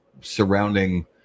surrounding